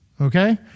Okay